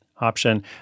option